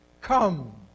Come